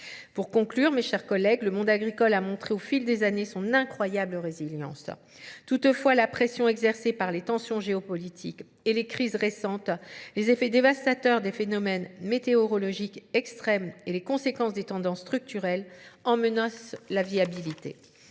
Pour conclure, mes chers collègues, le monde agricole a montré au fil des années son incroyable résilience. Toutefois, la pression exercée par les tensions géopolitiques et les crises récentes, les effets dévastateurs des phénomènes météorologiques extrêmes et les conséquences des tendances structurelles emmenosent la viabilité.